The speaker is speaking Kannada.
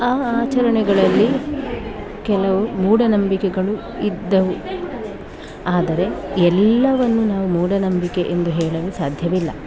ಆ ಆಚರಣೆಗಳಲ್ಲಿ ಕೆಲವು ಮೂಢನಂಬಿಕೆಗಳು ಇದ್ದವು ಆದರೆ ಎಲ್ಲವನ್ನು ನಾವು ಮೂಢನಂಬಿಕೆ ಎಂದು ಹೇಳಲು ಸಾಧ್ಯವಿಲ್ಲ